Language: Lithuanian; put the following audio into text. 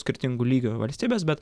skirtingų lygių valstybės bet